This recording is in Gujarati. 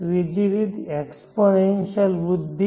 ત્રીજી રીત એક્સપોનેન્શીઅલવૃદ્ધિ